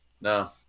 No